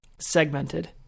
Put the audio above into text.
segmented